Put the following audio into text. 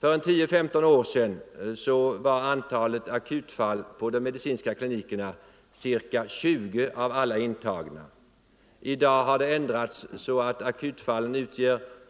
För 10-15 år sedan var antalet akutfall på de medicinska klinikerna ca 20 procent av alla intagna. I dag utgör akutfallen